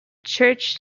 church